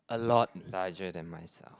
a lot larger than myself